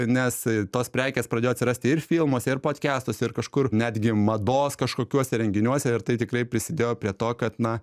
nes tos prekės pradėjo atsirasti ir filmuose ir podkestuose ir kažkur netgi mados kažkokiuose renginiuose ir tai tikrai prisidėjo prie to kad na